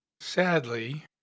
Sadly